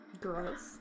Gross